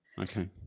Okay